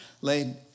laid